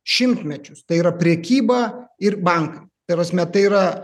šimtmečius tai yra prekyba ir bankai ta prasme tai yra